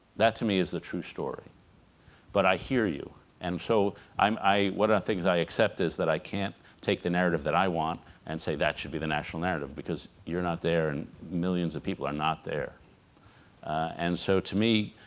that to me is the true story but i hear you and so i'm what are things i accept is that i can't take the narrative that i want and say that should be the national narrative because you're not there and millions of people are not there and so to me